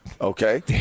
Okay